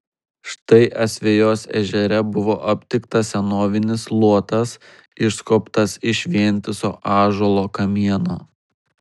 štai asvejos ežere buvo aptiktas senovinis luotas išskobtas iš vientiso ąžuolo kamieno